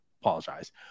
apologize